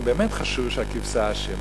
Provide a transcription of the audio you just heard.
הם באמת חשבו שהכבשה אשמה,